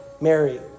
Mary